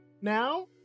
now